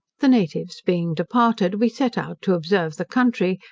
the natives being departed, we set out to observe the country,